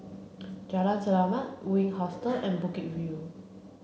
Jalan Selamat Wink Hostel and Bukit View